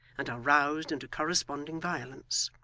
and are roused into corresponding violence.